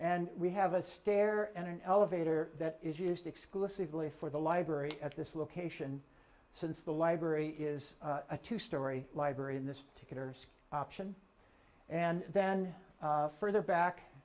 and we have a stair an elevator that is used exclusively for the library at this location since the library is a two story library in this particular option and then further back